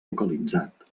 localitzat